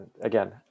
Again